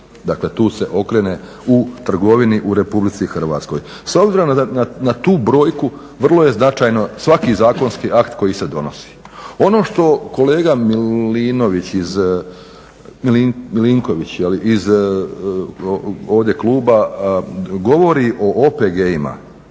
Dakle, tu se okrene u trgovini u Republici Hrvatskoj. S obzirom na tu brojku vrlo je značajan svaki zakonski akt koji se donosi. Ono što kolega Milinković iz ovdje kluba govori o OPG-ima